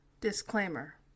Disclaimer